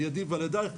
על ידי ועל ידייך,